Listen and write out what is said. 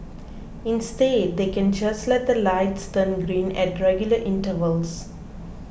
instead they can just let the lights turn green at regular intervals